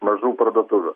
mažų parduotuvių